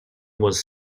was